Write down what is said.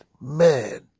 Man